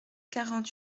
quarante